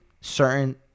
certain